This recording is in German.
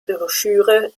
broschüre